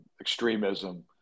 extremism